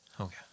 Okay